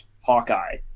hawkeye